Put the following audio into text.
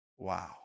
Wow